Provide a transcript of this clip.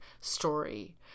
story